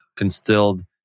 instilled